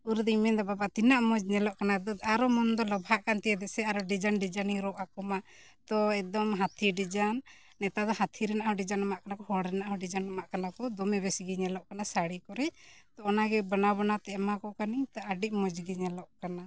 ᱩᱱ ᱨᱮᱫᱚᱧ ᱢᱮᱱᱮᱫᱟ ᱵᱟᱵᱟ ᱛᱤᱱᱟᱹᱜ ᱢᱚᱡᱽ ᱧᱮᱞᱚᱜ ᱠᱟᱱᱟ ᱟᱫᱚ ᱟᱨᱦᱚᱸ ᱢᱚᱱ ᱫᱚ ᱞᱚᱵᱷᱟᱜ ᱠᱟᱱ ᱛᱤᱧᱟ ᱫᱮᱥᱮ ᱟᱨᱦᱚᱸ ᱤᱧ ᱨᱚᱜ ᱟᱠᱚ ᱢᱟ ᱛᱳ ᱮᱠᱫᱚᱢ ᱦᱟᱛᱷᱤ ᱱᱮᱛᱟᱨ ᱫᱚ ᱦᱟᱛᱷᱤ ᱨᱮᱱᱟᱜ ᱦᱚᱸ ᱮᱢᱟᱜ ᱠᱟᱱᱟ ᱠᱚ ᱦᱚᱲ ᱨᱮᱱᱟᱜ ᱦᱚᱸ ᱮᱢᱟᱜ ᱠᱟᱱᱟ ᱠᱚ ᱫᱚᱢᱮ ᱵᱮᱥᱤᱜᱮ ᱧᱮᱞᱚᱜ ᱠᱟᱱᱟ ᱥᱟᱹᱲᱤ ᱠᱚᱨᱮ ᱛᱳ ᱚᱱᱟ ᱜᱮ ᱵᱮᱱᱟᱣ ᱵᱮᱱᱟᱣᱛᱮ ᱮᱢᱟ ᱠᱚ ᱠᱟᱹᱱᱟᱹᱧ ᱛᱳ ᱟᱹᱰᱤ ᱢᱚᱡᱽ ᱜᱮ ᱧᱮᱞᱚᱜ ᱠᱟᱱᱟ